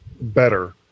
better